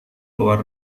luar